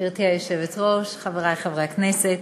גברתי היושבת-ראש, חברי חברי הכנסת,